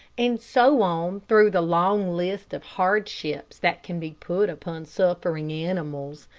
and so on through the long list of hardships that can be put upon suffering animals,